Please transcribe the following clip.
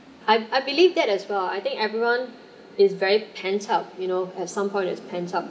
I I believe that as well I think everyone is very tense up you know at some point they tense up